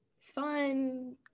fun